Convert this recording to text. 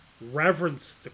reverence